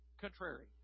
contrary